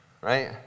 Right